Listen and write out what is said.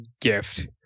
gift